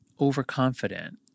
overconfident